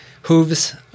Hooves